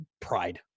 pride